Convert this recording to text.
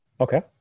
Okay